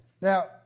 Now